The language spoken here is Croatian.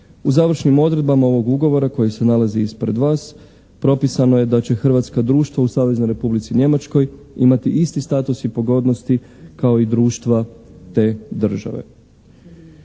U završnim odredbama ovog ugovora koji se nalazi ispred vas propisano je da će hrvatska društva u Saveznoj Republici Njemačkoj imati isti status i pogodnosti kao i društva te države.